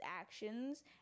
actions